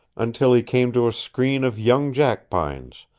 until he came to a screen of young jackpines,